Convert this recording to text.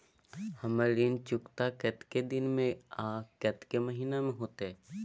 हमर ऋण चुकता कतेक दिन में आ कतेक महीना में होतै?